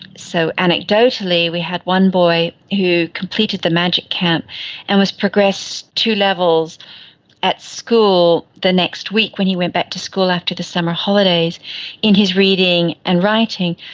so, anecdotally, we had one boy who completed the magic camp and was progressed two levels at school the next week when he went back to school after the summer holidays in his reading and writing.